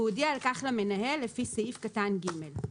והוא הודיע על כך למנהל לפי סעיף קטן (ג)."